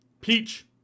Peach